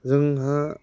जोंहा